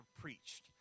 preached